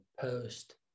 post